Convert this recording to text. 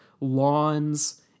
lawns